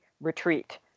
retreat